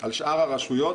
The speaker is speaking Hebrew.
על שאר הרשויות,